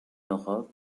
europe